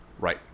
Right